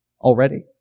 Already